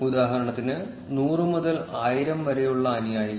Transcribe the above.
ഉദാഹരണത്തിന് 100 മുതൽ 1000 വരെയുള്ള അനുയായികൾ